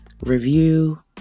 review